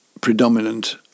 predominant